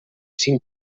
cinc